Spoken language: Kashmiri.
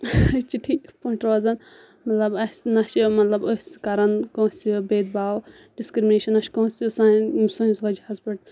أسۍ چھِ ٹھیٖک پٲٹھۍ روزان مَطلَب اَسہِ نہَ چھِ مطلب أسۍ کَران کٲنٛسہِ بید باو ڈِسکرمنیشَن نہ چھِ کٲنٛسہِ سانہِ سٲنِس وجہَس پؠٹھ